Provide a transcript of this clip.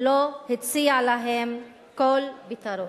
לא הציע להם כל פתרון.